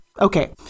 Okay